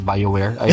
BioWare